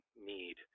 need